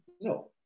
No